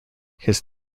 his